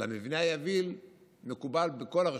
למבנה היביל מקובל בכל הרשויות,